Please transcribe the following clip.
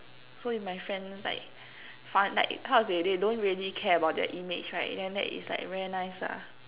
so if my friends like fun like how to say they don't really care about their image right then that is like very nice lah